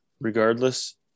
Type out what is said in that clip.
regardless